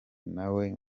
nawe